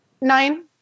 nine